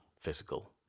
physical